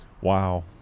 Wow